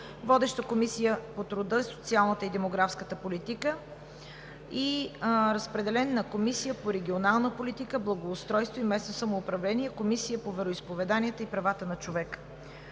Водеща е Комисията по труда, социалната и демографската политика. Разпределен е и на Комисията по регионална политика, благоустройство и местно самоуправление, на Комисията по вероизповеданията и правата на човека.